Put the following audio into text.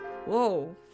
Whoa